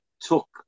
took